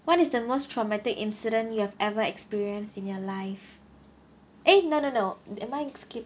what is the most traumatic incident you have ever experienced in your life !ay! no no no am I skip